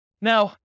Now